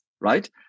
right